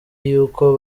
yuko